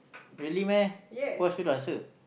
really meh who ask you to answer